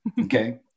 Okay